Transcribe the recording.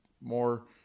more